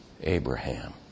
Abraham